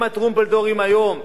הם הטרומפלדורים היום.